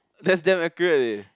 that's damn accurate eh